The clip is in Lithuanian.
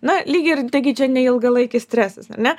na lyg ir taigi čia ne ilgalaikis stresas ar ne